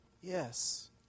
Yes